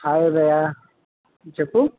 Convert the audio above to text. hi Udaya చెప్పు